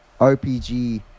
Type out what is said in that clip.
rpg